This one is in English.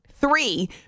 three